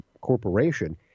corporation